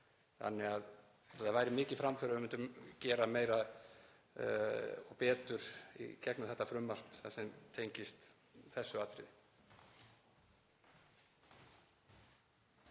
koma að. Það væri mikil framför ef við myndum gera meira og betur í gegnum þetta frumvarp það sem tengist þessu atriði.